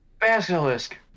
Basilisk